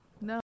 no